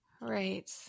Right